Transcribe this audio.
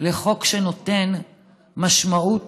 לחוק שנותן משמעות